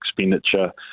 expenditure